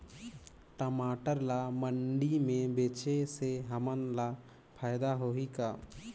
टमाटर ला मंडी मे बेचे से हमन ला फायदा होही का?